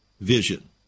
vision